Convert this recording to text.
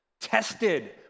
tested